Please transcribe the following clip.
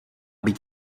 být